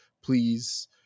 Please